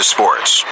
Sports